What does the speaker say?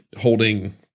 holding